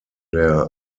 der